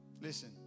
Listen